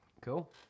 Cool